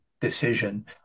decision